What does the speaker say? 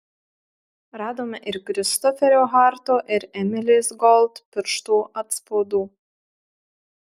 radome ir kristoferio harto ir emilės gold pirštų atspaudų